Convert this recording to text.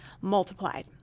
multiplied